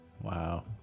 Wow